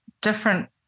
different